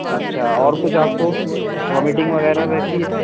اچھا اور کچھ آپ کو وامٹنگ وغیرہ رہتی ہے